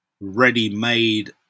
ready-made